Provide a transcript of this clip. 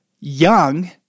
young